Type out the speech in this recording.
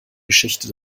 geschichte